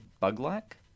bug-like